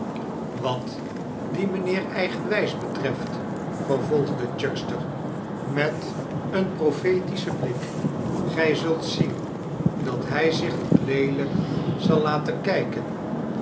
wat dien mijnheer eigenwijs betreft vervolgde chuckster met een profetischen blik gij zult zien dat hij zich nog leelijk zal laten kijken